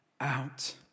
out